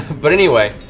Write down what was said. but anyway,